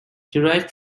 derived